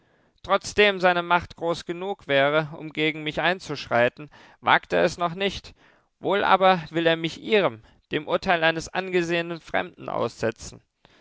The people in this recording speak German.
trotzdem seine macht groß genug wäre um gegen mich einzuschreiten wagt er es noch nicht wohl aber will er mich ihrem dem urteil eines angesehenen fremden aussetzen